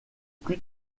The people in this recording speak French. plus